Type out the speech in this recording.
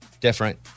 Different